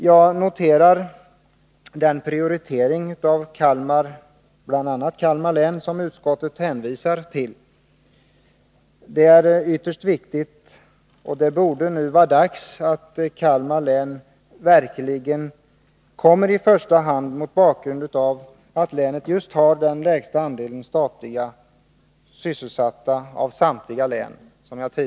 Jag noterar den prioritering av bl.a. Kalmar län som utskottet hänvisar till. Den är av yttersta vikt, och det borde nu vara dags att Kalmar län verkligen kommer i första hand, mot bakgrund av att länet, som jag tidigare sade, har den lägsta andelen statligt sysselsatta av samtliga län.